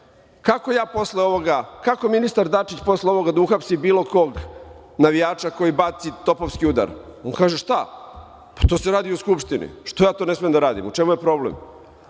AL/MP 12.15 – 12.25Kako ministar Dačić posle ovoga da uhapsi bilo koga navijača koji baci topovski udar? On kaže – šta, pa to se radi i u Skupštini. Što ja to ne smem da radim? U čemu je problem?